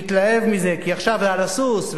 מתלהב מזה כי עכשיו הוא על הסוס,